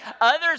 Others